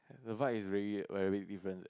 the Vibe is really very big difference eh